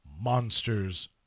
monsters